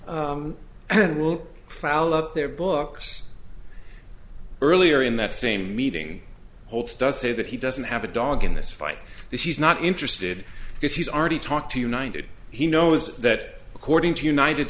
it will foul up their books earlier in that same meeting holtz does say that he doesn't have a dog in this fight that he's not interested because he's already talked to united he knows that according to united